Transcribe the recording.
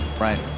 Right